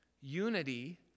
unity